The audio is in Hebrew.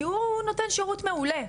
כי הוא נותן שירות מעולה,